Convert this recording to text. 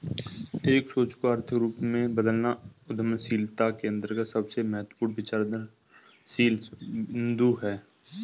एक सोच को आर्थिक रूप में बदलना उद्यमशीलता के अंतर्गत सबसे महत्वपूर्ण विचारशील बिन्दु हैं